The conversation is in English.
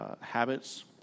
habits